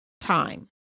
time